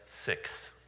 six